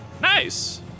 Nice